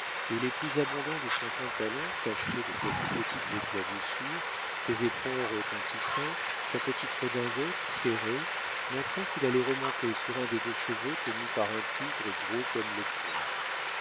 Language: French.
et les plis abondants de son pantalon tacheté de quelques petites éclaboussures ses éperons retentissants sa petite redingote serrée montraient qu'il allait remonter sur un des deux chevaux tenus par un tigre gros comme le poing